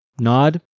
nod